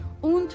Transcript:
Und